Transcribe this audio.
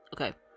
Okay